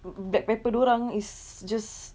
black pepper dia orang is just